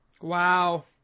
Wow